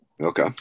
Okay